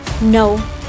No